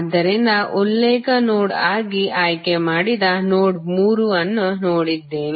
ಆದ್ದರಿಂದ ಉಲ್ಲೇಖ ನೋಡ್ ಆಗಿ ಆಯ್ಕೆ ಮಾಡಿದ ನೋಡ್ ಮೂರು ಅನ್ನು ನೋಡಿದ್ದೇವೆ